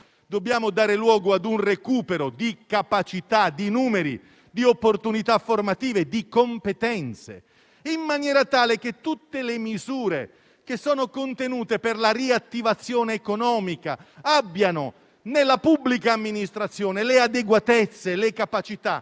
Dobbiamo dare luogo a un recupero di capacità, di numeri, di opportunità formative, di competenze, in maniera tale che tutte le misure contenute per la riattivazione economica trovino nella pubblica amministrazione le adeguatezze e le capacità.